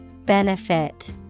benefit